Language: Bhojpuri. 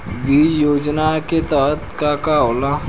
बीज योजना के तहत का का होला?